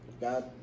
God